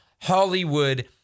Hollywood